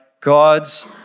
God's